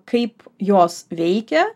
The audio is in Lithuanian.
kaip jos veikia